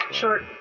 short